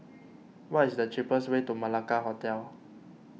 what is the cheapest way to Malacca Hotel